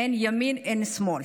אין ימין, אין שמאל.